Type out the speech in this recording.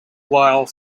while